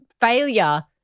failure